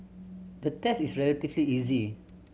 the test is relatively easy